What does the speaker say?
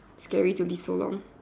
scary to live so long